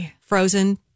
frozen